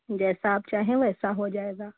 जैसा आप चाहें वैसा हो जाएगा